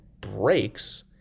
breaks